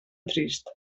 trist